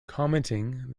commenting